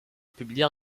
publier